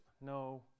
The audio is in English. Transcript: no